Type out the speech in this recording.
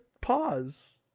pause